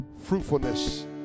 fruitfulness